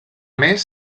més